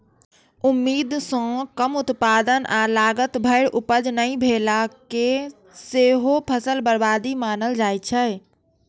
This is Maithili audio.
उम्मीद सं कम उत्पादन आ लागत भरि उपज नहि भेला कें सेहो फसल बर्बादी मानल जाइ छै